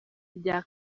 rya